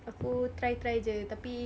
aku try try jer tapi